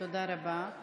תודה רבה.